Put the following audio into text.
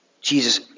Jesus